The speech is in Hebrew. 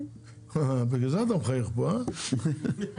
בגלל זה אתה מחייך, גל.